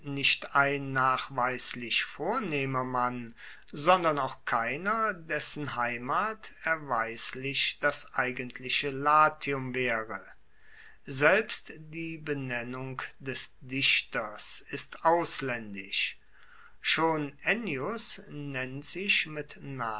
nicht ein nachweislich vornehmer mann sondern auch keiner dessen heimat erweislich das eigentliche latium waere selbst die benennung des dichters ist auslaendisch schon ennius nennt sich mit